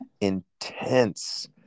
intense